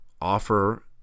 offer